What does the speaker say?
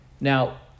Now